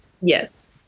yes